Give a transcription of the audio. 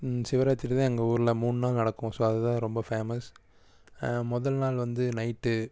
சிவராத்திரி தான் எங்கள் ஊரில் மூணு நாள் நடக்கும் ஸோ அது தான் ரொம்ப ஃபேமஸ் முதல் நாள் வந்து நைட்டு